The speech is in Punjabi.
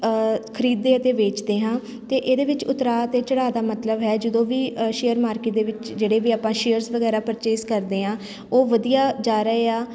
ਖਰੀਦਦੇ ਅਤੇ ਵੇਚਦੇ ਹਾਂ ਅਤੇ ਇਹਦੇ ਵਿੱਚ ਉਤਰਾਅ ਅਤੇ ਚੜਾਅ ਦਾ ਮਤਲਬ ਹੈ ਜਦੋਂ ਵੀ ਸ਼ੇਅਰ ਮਾਰਕੀਟ ਦੇ ਵਿੱਚ ਜਿਹੜੇ ਵੀ ਆਪਾਂ ਸ਼ੇਅਰਸ ਵਗੈਰਾ ਪਰਚੇਸ ਕਰਦੇ ਹਾਂ ਉਹ ਵਧੀਆ ਜਾ ਰਹੇ ਆ